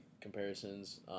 comparisons